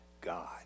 God